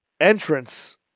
entrance